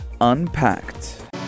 unpacked